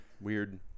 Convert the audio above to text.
weird